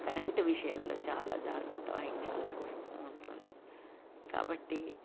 current విషయంలో చాలా జాగ్రత్త వహించాల్సి వస్తూ ఉంటుంది కాబట్టి